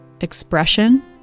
expression